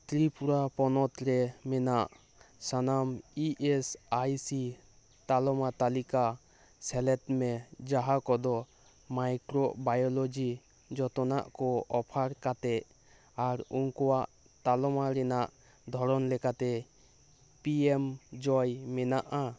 ᱛᱨᱤᱯᱩᱨᱟ ᱯᱚᱱᱚᱛ ᱨᱮ ᱢᱮᱱᱟᱜ ᱥᱟᱱᱟᱢ ᱤ ᱮᱥ ᱟᱭ ᱥᱤ ᱛᱟᱞᱢᱟ ᱛᱟᱞᱤᱠᱟ ᱥᱮᱞᱮᱫ ᱢᱮ ᱡᱟᱦᱟᱸ ᱠᱚᱫᱚ ᱢᱟᱭᱠᱨᱳᱵᱟᱭᱳᱞᱚᱡᱤ ᱡᱚᱛᱱᱟᱜ ᱠᱚ ᱚᱯᱷᱟᱨ ᱠᱟᱛᱮ ᱟᱨ ᱩᱱᱠᱩᱣᱟᱜ ᱛᱟᱞᱢᱟ ᱨᱮᱱᱟᱜ ᱫᱷᱚᱨᱚᱱᱞᱮᱠᱟᱛᱮ ᱯᱤ ᱮᱢ ᱡᱚᱭ ᱢᱮᱱᱟᱜᱼᱟ